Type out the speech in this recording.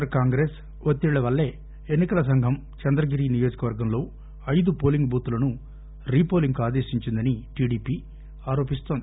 are Congress ఒత్తిళ్ల వల్లే ఎన్నికల సంఘం చంద్రగిరి నియోజకవర్గంలో ఐదు పోలింగ్ బూత్లను రీపోలింగ్కు ఆదేశించిందని టిడిపి ఆరోపిస్తోంది